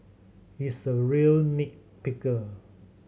he's a real nit picker